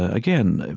again,